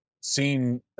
seen